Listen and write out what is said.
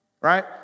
Right